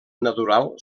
natural